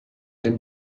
dem